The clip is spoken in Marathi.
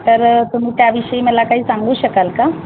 तर तुम्ही त्याविषयी मला काही सांगू शकाल का